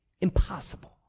Impossible